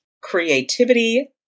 creativity